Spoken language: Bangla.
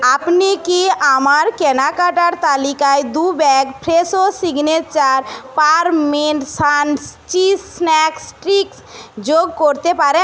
আপনি কি আমার কেনাকাটার তালিকায় দু bag Fresho signature parmesan cheese snack sticks যোগ করতে পারেন